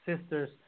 sisters